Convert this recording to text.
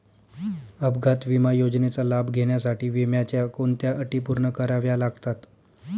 अपघात विमा योजनेचा लाभ घेण्यासाठी विम्याच्या कोणत्या अटी पूर्ण कराव्या लागतात?